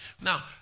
Now